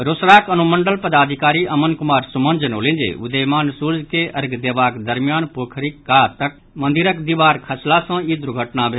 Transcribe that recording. रोसड़ाक अनुमंडल पदाधिकारी अमन कुमार सुमन जनौलनि जे उदीयमान सूर्य के अर्घ्य देबाक दरमियान पोखरि कातक मंदिरक दीवार खसला सॅ ई दुर्घटना भेल